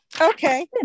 Okay